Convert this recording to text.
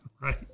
Right